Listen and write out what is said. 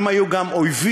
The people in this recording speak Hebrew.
אם היו גם אויבים,